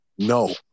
No